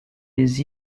les